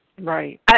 Right